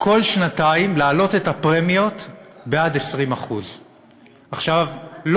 כל שנתיים להעלות את הפרמיות בעוד 20%. לא